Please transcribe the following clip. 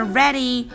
ready